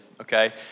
okay